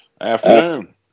Afternoon